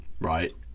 right